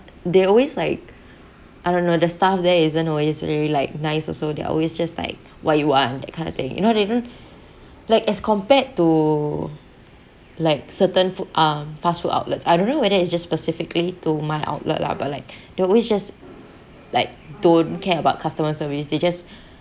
they always like I don't know the staff there isn't always really like nice also they're always just like what you want that kind of thing you know they don't like as compared to like certain food um fast food outlets I don't know whether it's just specifically to my outlet lah but like they always just like don't care about customer service they just